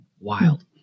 wild